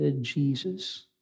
Jesus